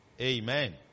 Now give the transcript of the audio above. Amen